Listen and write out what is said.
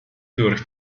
durch